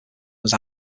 was